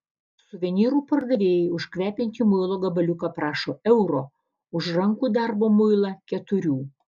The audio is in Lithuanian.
suvenyrų pardavėjai už kvepiantį muilo gabaliuką prašo euro už rankų darbo muilą keturių